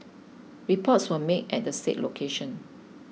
reports were made at the said location